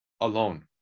alone